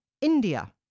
India